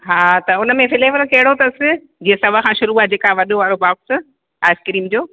हा त उनमें फ्लेवर कहिड़ो अथस जीअं सौ खां शुरू आहे जेका वॾो वारो बॉक्स आइसक्रीम जो